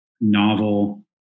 novel